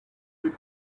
with